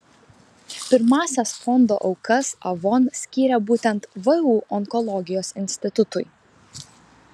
pirmąsias fondo aukas avon skyrė būtent vu onkologijos institutui